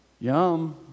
Yum